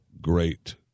great